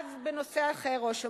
אז בנושא אחר, ראש הממשלה.